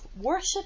worship